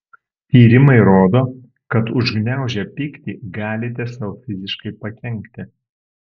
tyrimai rodo kad užgniaužę pyktį galite sau fiziškai pakenkti